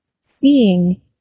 seeing